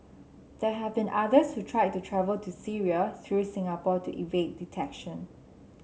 there have been others who tried to travel to Syria through Singapore to evade detection